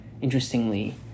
Interestingly